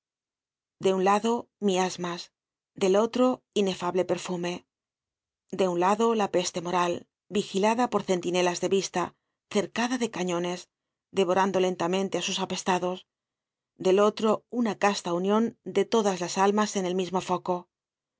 de un lado miasmas del otro inefable perfume de un lado la peste moral vigilada por centinelas de vista cercada de cañones devorando lentamente á sus apestados del otro una casta union de todas las almas en el mismo foco